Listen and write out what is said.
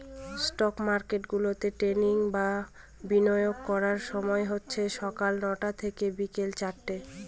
stock market গুলাতে trading বা বিনিয়োগ করার সময় হচ্ছে সকাল নটা থেকে বিকেল চারটে